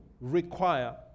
require